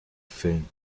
film